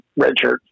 redshirt